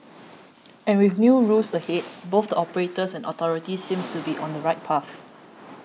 and with new rules ahead both the operators and authorities seem to be on the right path